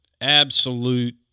absolute